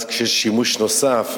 אז, כשיש שימוש נוסף.